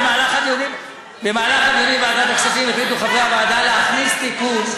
במהלך הנאומים בוועדת הכספים החליטו חברי הוועדה להכניס תיקון,